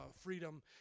freedom